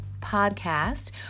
Podcast